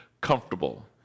comfortable